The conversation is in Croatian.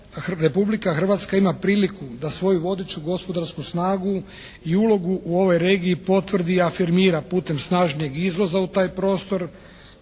Republika Hrvatska ima priliku da svoju vodeću gospodarsku snagu i ulogu u ovoj regiji potvrdi i afirmira putem snažnijeg izvoza u taj prostor